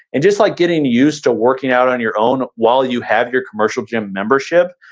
and just like getting used to working out on your own while you have your commercial gym membership,